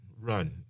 run